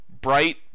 bright